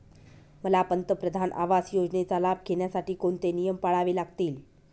मला पंतप्रधान आवास योजनेचा लाभ घेण्यासाठी कोणते नियम पाळावे लागतील?